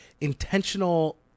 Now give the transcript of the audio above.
intentional